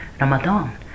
Ramadan